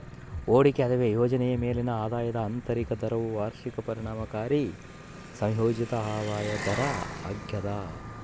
ಹೂಡಿಕೆ ಅಥವಾ ಯೋಜನೆಯ ಮೇಲಿನ ಆದಾಯದ ಆಂತರಿಕ ದರವು ವಾರ್ಷಿಕ ಪರಿಣಾಮಕಾರಿ ಸಂಯೋಜಿತ ಆದಾಯ ದರ ಆಗ್ಯದ